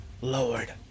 lord